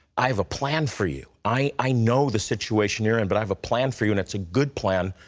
i have a plan for you. i know the situation you're in, and but i have a plan for you, and it's a good plan,